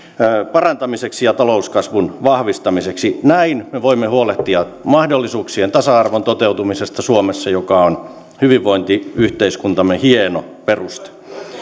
parantamiseksi ja talouskasvun vahvistamiseksi näin me voimme huolehtia mahdollisuuksien tasa arvon toteutumisesta suomessa se on hyvinvointiyhteiskuntamme hieno perusta